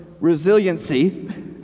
resiliency